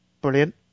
Brilliant